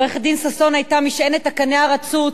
עורכת-הדין ששון היתה משענת הקנה הרצוץ